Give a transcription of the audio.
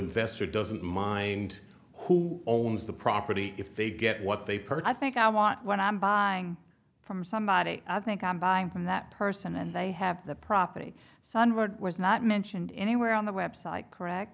investor doesn't mind who owns the property if they get what they personally think i want when i'm buying from somebody i think i'm buying from that person and they have the property sunward was not mentioned anywhere on the website correct